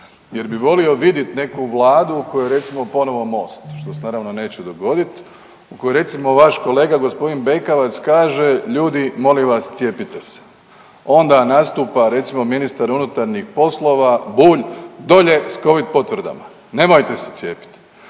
jer bih volio vidjeti neku Vladu u kojoj je recimo ponovno MOST što se naravno neće dogoditi, u kojoj recimo vaš kolega gospodin Bekavac kaže ljudi molim vas cijepite se. Onda nastupa recimo ministar unutarnjih poslova Bulj dolje s covid potvrdama, nemojte se cijepiti.